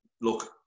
look